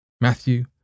Matthew